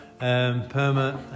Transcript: perma